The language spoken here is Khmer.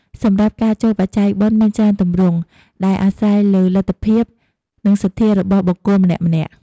សម្រាប់ការចូលបច្ច័យបុណ្យមានច្រើនទម្រង់ ដែលអាស្រ័យលើលទ្ធភាព និងសទ្ធារបស់បុគ្គលម្នាក់ៗ។